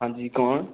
हांजी कु'न